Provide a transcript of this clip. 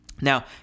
Now